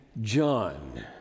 John